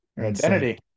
Identity